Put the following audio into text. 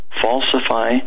falsify